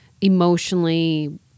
emotionally